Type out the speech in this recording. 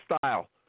style